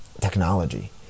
technology